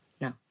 No